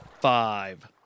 five